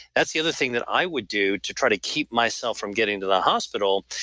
that's the other thing that i would do to try to keep myself from getting to the hospital,